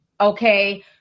okay